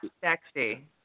sexy